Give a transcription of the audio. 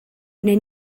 neu